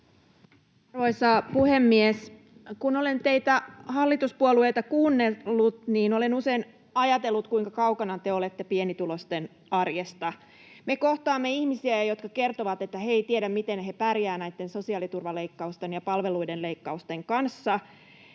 Arvoisa puhemies! Kun olen teitä hallituspuolueita kuunnellut, niin olen usein ajatellut, kuinka kaukana te olette pienituloisten arjesta. Me kohtaamme ihmisiä, jotka kertovat, että he eivät tiedä, miten he pärjäävät näitten sosiaaliturvaleikkausten ja palveluiden leikkausten kanssa,